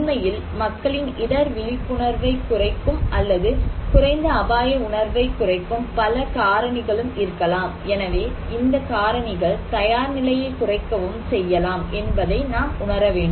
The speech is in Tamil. உண்மையில் மக்களின் இடர் விழிப்புணர்வைக் குறைக்கும் அல்லது குறைந்த அபாய உணர்வைக் குறைக்கும் பல காரணிகளும் இருக்கலாம் எனவே இந்த காரணிகள் தயார்நிலையை குறைக்கவும் செய்யலாம் என்பதை நாம் உணர வேண்டும்